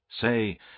Say